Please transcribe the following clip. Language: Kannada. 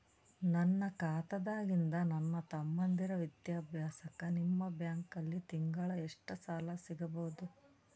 ನನ್ನ ಖಾತಾದಾಗಿಂದ ನನ್ನ ತಮ್ಮಂದಿರ ವಿದ್ಯಾಭ್ಯಾಸಕ್ಕ ನಿಮ್ಮ ಬ್ಯಾಂಕಲ್ಲಿ ತಿಂಗಳ ಎಷ್ಟು ಸಾಲ ಸಿಗಬಹುದು?